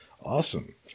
Awesome